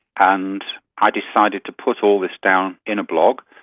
and i decided to put all this down in a blog,